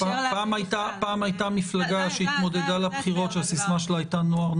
פעם הייתה מפלגה שהתמודדה לבחירות שהסיסמה שלה הייתה נוער,